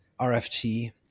RFT